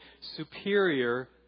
superior